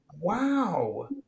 Wow